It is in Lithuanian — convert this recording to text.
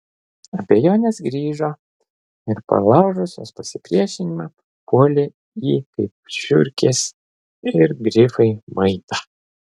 abejonės grįžo ir palaužusios pasipriešinimą puolė jį kaip žiurkės ir grifai maitą